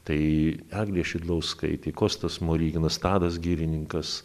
tai eglė šidlauskaitė kostas smoriginas tadas girininkas